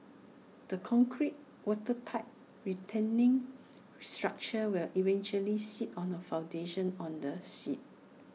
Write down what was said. the concrete watertight retaining structure will eventually sit on A foundation on the sea